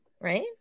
right